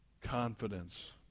confidence